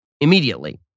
immediately